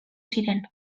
ziren